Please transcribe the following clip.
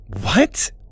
What